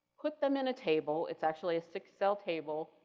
put them in a table it's actually a six-cell table.